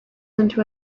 into